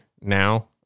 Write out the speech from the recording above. now